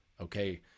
okay